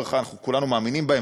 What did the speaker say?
כולנו מאמינים בהם,